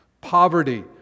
Poverty